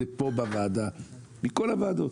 זה פה בוועדה הזאת מכל הוועדות.